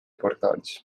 portaalis